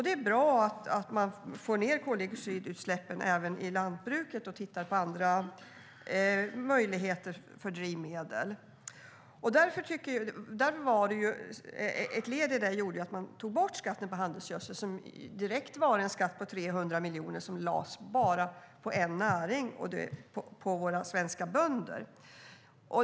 Det är bra att man får ned koldioxidutsläppen även i lantbruket och tittar på andra drivmedel. Ett led i detta var alltså att skatten på handelsgödsel togs bort, som var en skatt på sammanlagt 300 miljoner och som lades på bara en näring, våra svenska bönder.